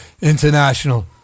International